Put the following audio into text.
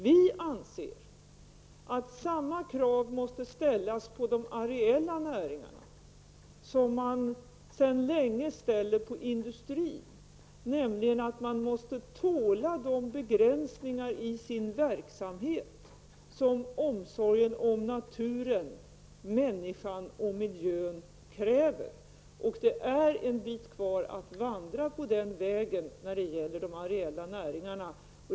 Vi anser att samma krav måste ställas på de areella näringarna som man sedan länge ställer på industrin, nämligen att man måste tåla de begränsningar i sin verksamhet som omsorgen om naturen, människan och miljön kräver. Det är en bit kvar att vandra på den vägen när det gäller de areella näringarna.